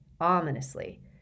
ominously